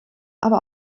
aber